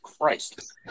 Christ